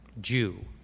jew